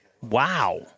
Wow